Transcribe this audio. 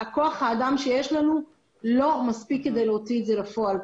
כוח האדם שיש לנו לא מספיק כדי להוציא את זה לפועל.